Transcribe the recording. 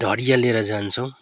ढडिया लिएर जान्छौँ